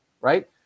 Right